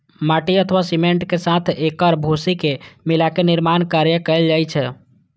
माटि अथवा सीमेंट के साथ एकर भूसी के मिलाके निर्माण कार्य कैल जाइ छै